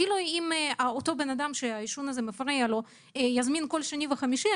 אפילו אם אותו אדם שהעישון מפריע לו יזמין כל שני וחמישי,